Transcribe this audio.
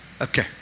Okay